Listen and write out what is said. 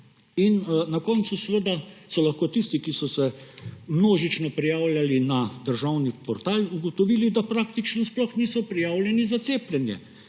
In na koncu so lahko tisti, ki so se množično prijavljali na državni portal, ugotovili, da praktično sploh niso prijavljeni za cepljenje,